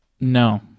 No